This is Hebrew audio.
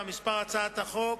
מספר הצעת החוק: